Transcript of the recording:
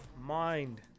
Mind